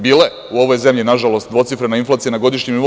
Bila je u ovom zemlji nažalost dvocifrena inflacija na godišnjem nivou.